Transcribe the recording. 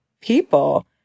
people